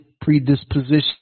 predisposition